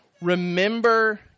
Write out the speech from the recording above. Remember